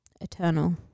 eternal